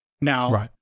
now